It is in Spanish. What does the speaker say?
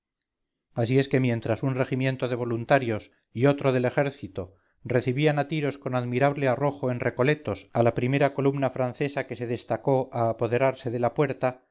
así es que mientras un regimiento de voluntarios y otro de ejército recibían a tiros con admirable arrojo en recoletos a la primer columna francesa que se destacó a apoderarse de la puerta